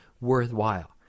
worthwhile